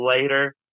later